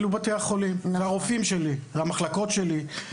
אלו בתי החולים והרופאים והמחלקות שלי.